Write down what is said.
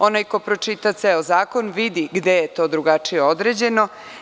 Onaj ko pročita ceo zakon vidi gde je to drugačije određeno.